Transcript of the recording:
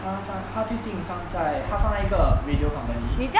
他他他最近放在他放在一个 radio company